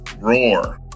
roar